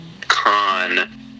con